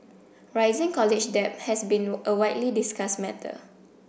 rising college debt has been a widely discussed matter